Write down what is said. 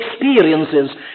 experiences